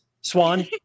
Swan